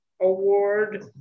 award